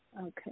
Okay